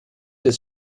des